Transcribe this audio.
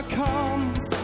comes